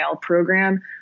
program